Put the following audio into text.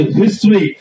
history